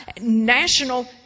national